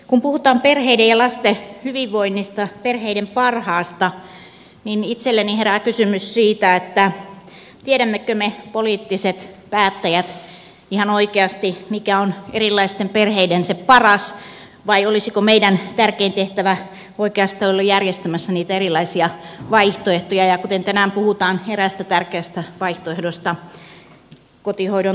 kun puhutaan perheiden ja lasten hyvinvoinnista perheiden parhaasta niin itselleni herää kysymys siitä tiedämmekö me poliittiset päättäjät ihan oikeasti mikä on erilaisten perheiden se paras vai olisiko meidän tärkein tehtävämme oikeasti olla järjestämässä niitä erilaisia vaihtoehtoja kuten tänään puhutaan eräästä tärkeästä vaihtoehdosta kotihoidon tuesta